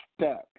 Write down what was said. stuck